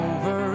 Over